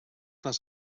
les